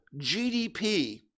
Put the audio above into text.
GDP